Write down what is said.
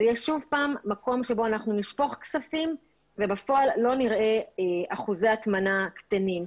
זה יהיה שוב מקום שבו נשפוך כספים ובפועל לא נראה אחוזי הטמנה קטנים,